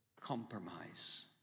compromise